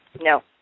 No